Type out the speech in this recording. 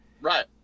Right